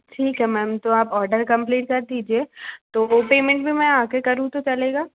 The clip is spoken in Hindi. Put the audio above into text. ठीक है मैम तो आप औडर कमप्लीट कर दीजिए तो वो पेमेंट भी मैं आ कर करूँ तो चलेगा